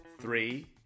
Three